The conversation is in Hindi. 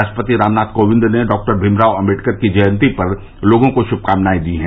राष्ट्रपति रामनाथ कोविंद ने डाक्टर भीमराव आम्बेड़कर की जयंती पर लोगों को श्मकामनाएं दी है